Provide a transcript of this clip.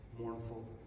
mournful